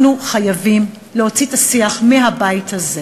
אנחנו חייבים להוציא את השיח מהבית הזה